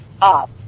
up